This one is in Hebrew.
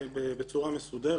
בצורה מסודרת.